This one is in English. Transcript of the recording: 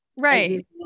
Right